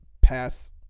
pass